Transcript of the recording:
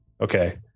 Okay